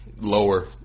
lower